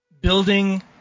building